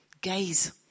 Gaze